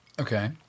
Okay